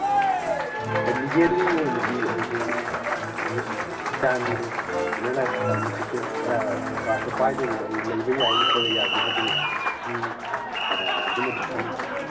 ꯑꯥ ꯑꯗꯨ ꯂꯤꯒꯦꯜꯂꯤ ꯑꯣꯏꯅꯗꯤ ꯑꯩꯁꯤ ꯅꯨꯃꯤꯠ ꯀꯌꯥꯅꯤ ꯏꯅꯔ ꯂꯥꯏꯟ ꯄꯔꯃꯤꯠ ꯁꯤꯁꯇꯦꯝ ꯀꯥꯔꯠꯇꯨ ꯄꯥꯏꯗꯕꯤꯗ ꯑꯩꯅ ꯂꯩꯕ ꯌꯥꯏ ꯅꯠꯇ꯭ꯔꯒ ꯌꯥꯗꯦ ꯍꯥꯏꯗꯨꯒꯤ ꯑꯗꯨꯃꯗꯤ ꯈꯪ